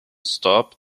stop